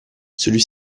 celui